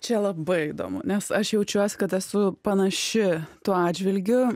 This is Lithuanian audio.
čia labai įdomu nes aš jaučiuosi kad esu panaši tuo atžvilgiu